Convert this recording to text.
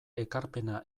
ekarpena